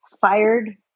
fired